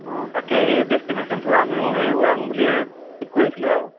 অঁ তাকে এই ডেষ্টিনেচনটো আমিও সেই ওৰাং বুলিয়েই ঠিক কৰিছিলোঁ আৰু